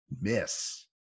miss